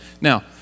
Now